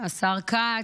השר כץ,